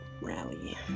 rally